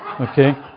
Okay